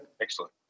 excellent